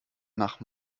nach